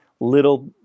little